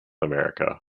america